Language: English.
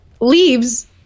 leaves